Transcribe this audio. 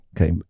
Okay